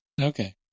Okay